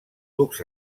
ducs